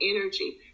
energy